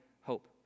hope